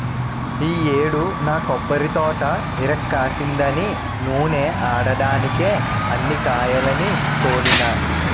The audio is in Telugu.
ఈ యేడు నా కొబ్బరితోట ఇరక్కాసిందని నూనే ఆడడ్డానికే అన్ని కాయాల్ని తోలినా